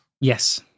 yes